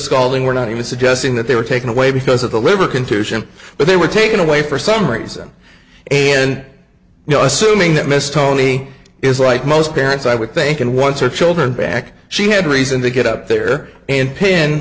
scalding we're not even suggesting that they were taken away because of the liver contusion but they were taken away for some reason and you know assuming that miss toni is right most parents i would think and once are children back she had a reason to get up there and p